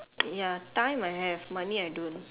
ya time I have money I don't